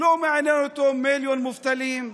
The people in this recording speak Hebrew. לא מעניין אותו מיליון מובטלים,